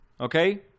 okay